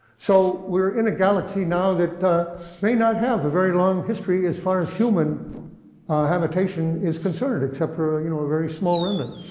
so we're in a galaxy now that may not have a very long history as far as human habitation is concerned, except for ah you know a very small remnant.